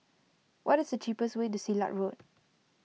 what is the cheapest way to Silat Road